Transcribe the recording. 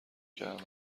کردن